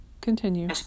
continue